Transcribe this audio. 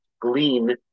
glean